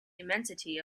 immensity